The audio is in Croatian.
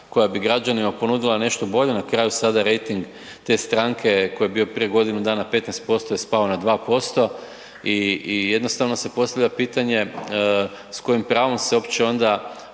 koja bi građanima ponudila nešto bolje, na kraju sada rejting te stranke koji je bio prije godinu dana 15% je spao na 2% i jednostavno se postavlja pitanje s kojim pravom se uopće onda